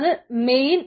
അതിന് മെയിൻ